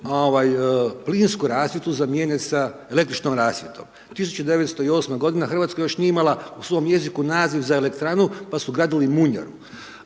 plinsku rasvjetu zamjene sa električnom rasvjetom. 1908. godine Hrvatska još nije imala u svom jeziku naziv za elektranu pa su gradili „munjaru“.